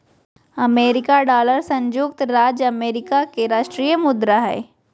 America dollar संयुक्त राज्य America के राष्ट्रीय मुद्रा हइ